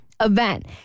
event